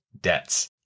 debts